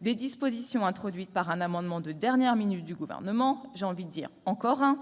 des dispositions introduites par un amendement de dernière minute du Gouvernement- encore un,